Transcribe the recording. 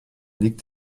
liegt